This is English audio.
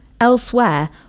Elsewhere